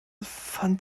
fand